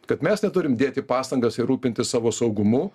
kad mes neturim dėti pastangas ir rūpintis savo saugumu